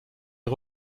est